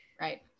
Right